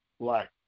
black